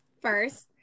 first